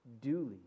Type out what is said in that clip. duly